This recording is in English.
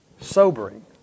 Sobering